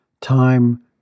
time